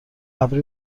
ابری